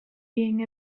being